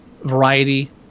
variety